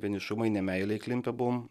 vienišumą į nemeilę įklimpę buvom